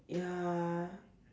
ya